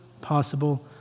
possible